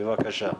בבקשה.